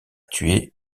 tué